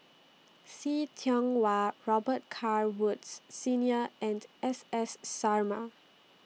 See Tiong Wah Robet Carr Woods Senior and S S Sarma